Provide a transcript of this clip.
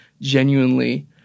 genuinely